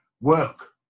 work